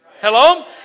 Hello